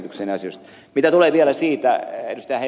mitä tulee vielä siihen ed